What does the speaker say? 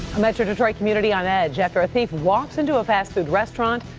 metro detroit community on edge after a thief walks into a fast-food restaurant.